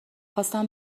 خواستم